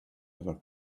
ever